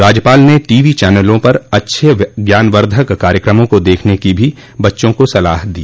राज्यपाल ने T V चैनलों पर अच्छे ज्ञानवर्धक कार्यक्रमों को देखने की भी बच्चों को सलाह दी